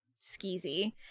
skeezy